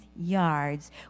yards